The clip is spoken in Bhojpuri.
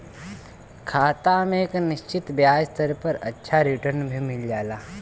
खाता में एक निश्चित ब्याज दर पर अच्छा रिटर्न भी मिल जाला